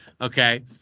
okay